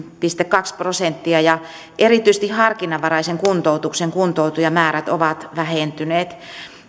pilkku kaksi prosenttia ja erityisesti harkinnanvaraisen kuntoutuksen kuntoutujamäärät ovat vähentyneet